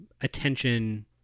attention